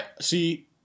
See